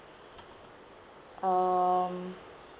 um